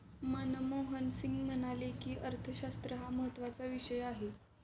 मनमोहन सिंग म्हणाले की, अर्थशास्त्र हा महत्त्वाचा विषय आहे